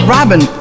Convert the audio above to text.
Robin